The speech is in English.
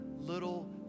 little